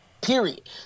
Period